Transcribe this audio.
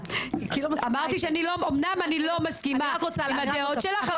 אמרתי שאומנם אני לא מסכימה עם הדעות שלך,